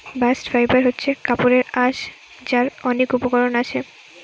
bast fibre হচ্ছে কাপড়ের আঁশ যার অনেক উপকরণ আছে